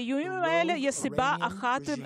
לאיומים האלה יש סיבה עיקרית אחת,